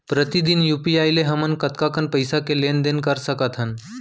प्रतिदन यू.पी.आई ले हमन कतका कन पइसा के लेन देन ल कर सकथन?